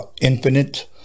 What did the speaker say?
Infinite